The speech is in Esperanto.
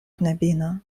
knabino